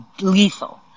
lethal